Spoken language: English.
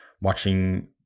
watching